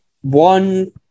one